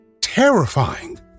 terrifying